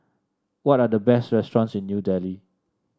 what are the best restaurants in New Delhi